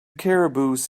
caribous